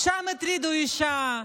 שם הטרידו אישה,